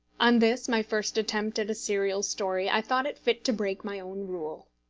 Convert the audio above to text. on this my first attempt at a serial story, i thought it fit to break my own rule.